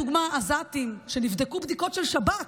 לדוגמה עזתים שנבדקו בדיקות של שב"כ,